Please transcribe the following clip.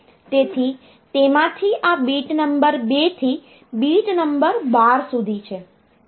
તેથી તેમાંથી આ બીટ નંબર 2 થી બીટ નંબર 12 સુધી છે